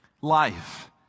life